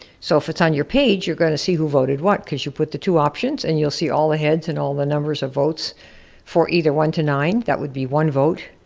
so if it's on your page, you're gonna see who voted what, cause you put the two options and you'll see all the heads and all the numbers of votes for either one to nine, that would be one vote,